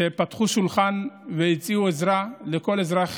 שפתחו שולחן והציעו עזרה לכל אזרח